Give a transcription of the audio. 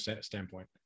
standpoint